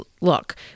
look